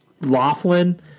Laughlin